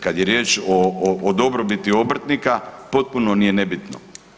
Kad je riječ o dobrobiti obrtnika, potpuno mi je nebitno.